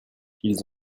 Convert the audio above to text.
ils